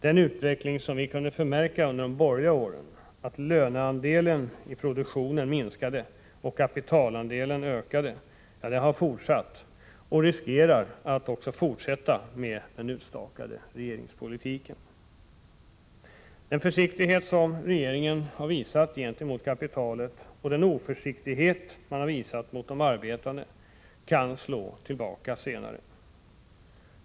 Den utveckling som vi kunde förmärka under de borgerliga åren, att löneandelen av produktionen minskade och kapitalandelen ökade, har fortsatt och riskerar att fortsätta med den utstakade regeringspolitiken. Den försiktighet som regeringen visat gentemot kapitalet och den oförsiktighet som den visat mot de arbetande kan slå tillbaka senare.